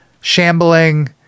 shambling